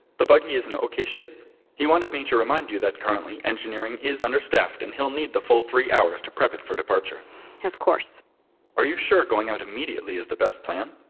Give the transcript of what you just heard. the buggy is in okay shape he wanted me to remind you that currently, engineering is understaffed, and he'll need the full three hours to prep it for departure of course are you sure going out immediately is the best plan?